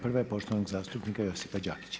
Prva je poštovanog zastupnika Josipa Đakića.